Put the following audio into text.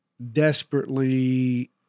desperately